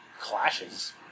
clashes